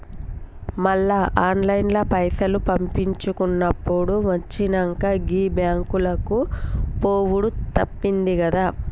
మళ్ల ఆన్లైన్ల పైసలు పంపిచ్చుకునుడు వచ్చినంక, గీ బాంకులకు పోవుడు తప్పిందిగదా